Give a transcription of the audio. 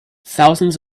thousands